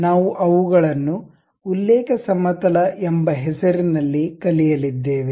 ನಾವು ಅವುಗಳನ್ನು ಉಲ್ಲೇಖ ಸಮತಲ ಎಂಬ ಹೆಸರಿನಲ್ಲಿ ಕಲಿಯಲಿದ್ದೇವೆ